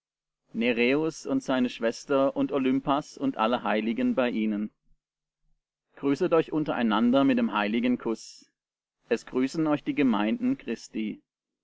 nereus und seine schwester und olympas und alle heiligen bei ihnen grüßet euch untereinander mit dem heiligen kuß es grüßen euch die gemeinden christi